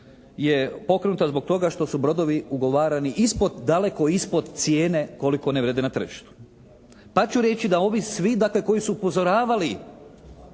je pokrenuta zbog toga što su brodovi ugovarani ispod daleko ispod cijene koliko one vrijede na tržištu. Pa ću reći da ovi svi, dakle koji su upozoravali